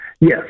Yes